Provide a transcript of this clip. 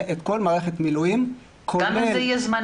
את כל מערכת המילואים כולל --- גם אם זה זמני?